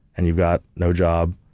and you've got no job,